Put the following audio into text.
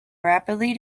rapidly